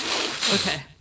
Okay